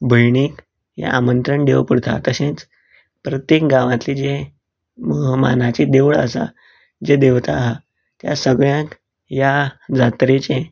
भयणीक हें आमंत्रण दिवप उरता तशेंच प्रत्येक गावांतले जे मानाचे देवूळ आसा जे देवता आहा त्या सगळ्यांक ह्या जात्रेचें